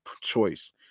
choice